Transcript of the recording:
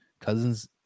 Cousins